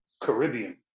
Caribbean